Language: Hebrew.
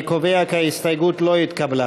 אני קובע כי ההסתייגות לא התקבלה.